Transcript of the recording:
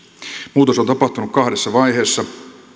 muutos on tapahtunut kahdessa vaiheessa